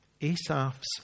Asaph's